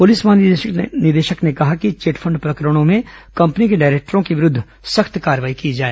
police महानिदेशक ने कहा कि चिटफंड प्रकरणों में कंपनी के डायरेक्टरों के विरूद्ध सख्त कार्रवाई की जाए